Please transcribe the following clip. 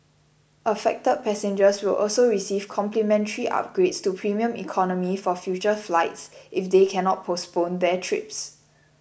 affected passengers will also receive complimentary upgrades to premium economy for future flights if they cannot postpone their trips